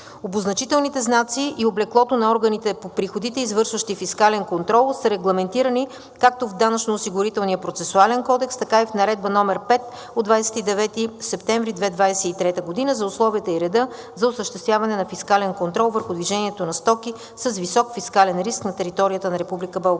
Обозначителните знаци и облеклото на органите по приходите, извършващи фискален контрол, са регламентирани както в Данъчно-осигурителния процесуален кодекс, така и в Наредба № 5 от 29 септември 2023 г. за условията и реда за осъществяване на фискален контрол върху движението на стоки с висок фискален риск на територията на